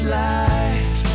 life